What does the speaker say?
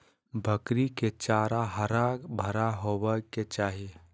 बकरी के चारा हरा भरा होबय के चाही